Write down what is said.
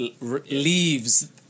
leaves